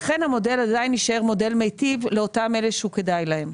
לכן המודל עדיין יישאר מודל מיטיב לאותם אלה שהוא כדאי להם,